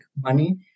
money